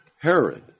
Herod